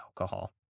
alcohol